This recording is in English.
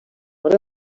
what